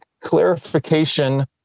clarification